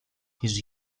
his